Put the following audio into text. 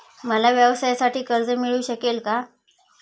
मला व्यवसायासाठी कर्ज मिळू शकेल का?